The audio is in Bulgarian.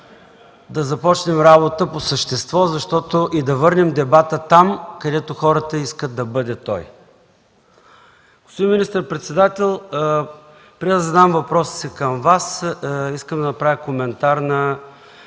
да започнем работа по същество и да върнем дебата там, където хората искат той да бъде. Господин министър-председател, преди да задам въпроса си към Вас, искам да направя коментар на